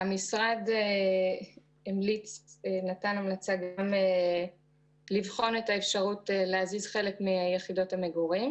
המשרד נתן המלצה גם לבחון את האפשרות להזיז חלק מיחידות המגורים,